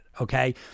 Okay